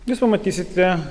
jūs pamatysite